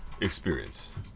experience